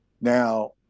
Now